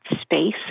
space